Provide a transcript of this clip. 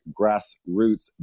grassroots